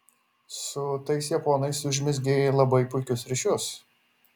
su tais japonais užmezgei labai puikius ryšius